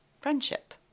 friendship